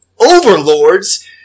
overlords